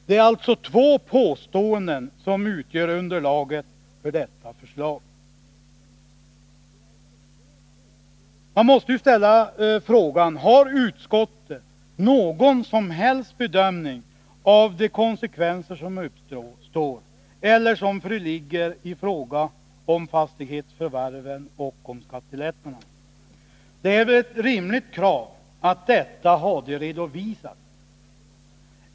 Det är alltså två påståenden som utgör underlaget för detta förslag. Har utskottet gjort någon som helst bedömning av de konsekvenser som uppstår eller som föreligger i fråga om fastighetsförvärven och skattelättnaderna? Det är väl ett rimligt krav att konsekvenserna i så fall redovisas.